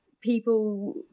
people